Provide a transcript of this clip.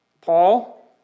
Paul